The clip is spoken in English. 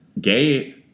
gay